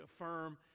affirm